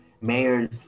mayor's